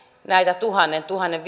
näitä tuhannen tuhannen